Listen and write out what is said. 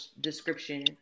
description